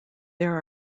there